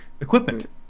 equipment